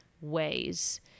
ways